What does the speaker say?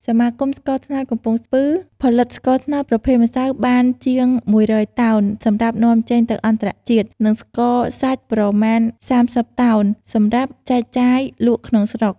សមាគមស្ករត្នោតកំពង់ស្ពឺ ផលិតស្ករត្នោតប្រភេទម្យៅបានជាង១០០តោន សម្រាប់នាំចេញទៅអន្តរជាតិ និងស្ករសាច់ប្រមាណ៣០តោន សម្រាប់ចែកចាយលក់ក្នុងស្រុក។